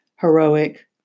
heroic